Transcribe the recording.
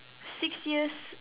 six years